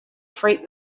freight